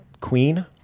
queen